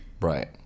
Right